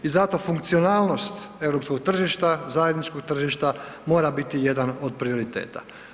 I zato funkcionalnost europskog tržišta, zajedničkog tržišta mora biti jedan od prioriteta.